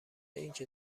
اینکه